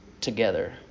together